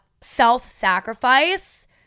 self-sacrifice